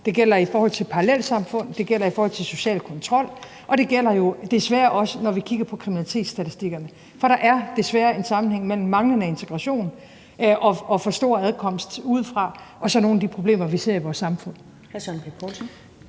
det gælder i forhold til parallelsamfund, det gælder i forhold til social kontrol, og det gælder jo desværre også, når vi kigger på kriminalitetsstatistikkerne. For der er desværre en sammenhæng mellem manglende integration og for stor tilgang udefra og så nogle af de problemer, vi ser i vores samfund.